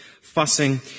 fussing